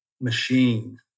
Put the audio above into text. machine